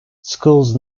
schools